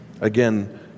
Again